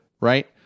Right